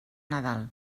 nadal